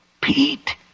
Pete